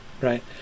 right